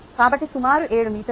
కాబట్టి సుమారు 7 మీటర్లు